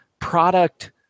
product